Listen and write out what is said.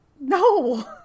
No